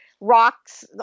rocks